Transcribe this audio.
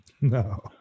No